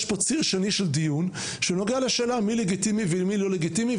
יש פה ציר שני של דיון שנוגע לשאלה מי לגיטימי ומי לא לגיטימי.